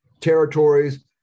territories